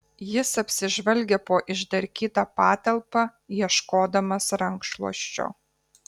jis apsižvalgė po išdarkytą patalpą ieškodamas rankšluosčio